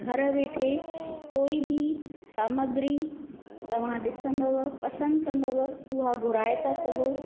घर वेठे कोई बि सामग्री तव्हां ॾिसंदव पसंदि कंदव उहा घुराए था सघो